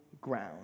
ground